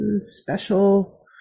Special